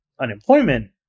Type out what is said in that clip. unemployment